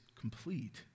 complete